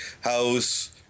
house